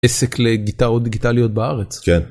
עסק לגיטרות דיגיטליות בארץ.